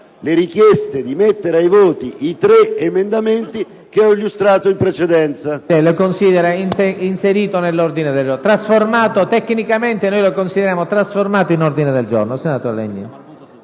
la richiesta di porre in votazione i tre emendamenti che ho illustrato in precedenza.